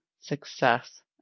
success